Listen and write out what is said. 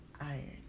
Iron